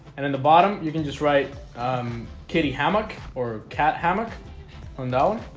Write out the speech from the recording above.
and in the bottom you can just right kitty hammock or cat hammock unknown